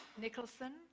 Nicholson